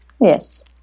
Yes